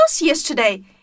yesterday